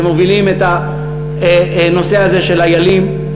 שמובילים את הנושא הזה של "איילים".